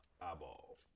eyeball